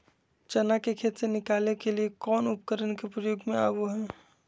चना के खेत से निकाले के लिए कौन उपकरण के प्रयोग में आबो है?